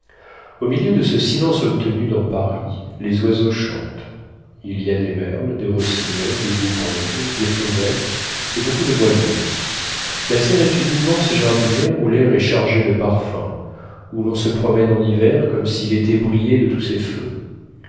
au milieu de ce silence obtenu dans paris les oiseaux chantent il y a des merles des rossignols des bouvreuils des fauvettes et beaucoup de moineaux la serre est une immense jardinière où l'air est chargé de parfums où l'on se promène en hiver comme si l'été brillait de tous ses feux